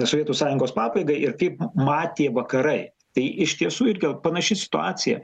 sovietų sąjungos pabaigą ir kaip matė vakarai tai iš tiesų irgi gal panaši situacija